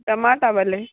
टमाटा भले